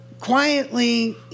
quietly